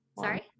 Sorry